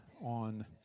on